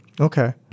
Okay